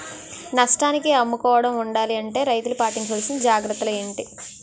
నష్టానికి అమ్ముకోకుండా ఉండాలి అంటే రైతులు పాటించవలిసిన జాగ్రత్తలు ఏంటి